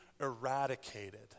eradicated